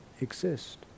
exist